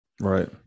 Right